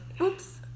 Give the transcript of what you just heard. Oops